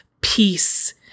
peace